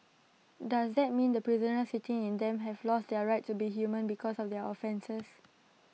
does that mean the prisoners sitting in them have lost their right to be human because of their offences